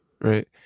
right